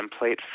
template